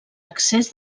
excés